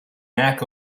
mac